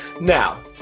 Now